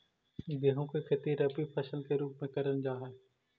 गेहूं की खेती रबी फसल के रूप में करल जा हई